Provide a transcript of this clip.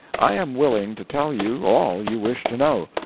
i am willing to tell you all you wish to know.